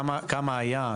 כמה היה?